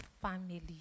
family